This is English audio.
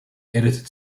edited